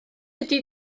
ydi